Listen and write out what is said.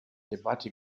debatte